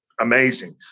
amazing